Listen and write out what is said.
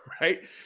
right